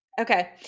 Okay